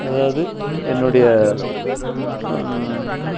அதாவது என்னுடைய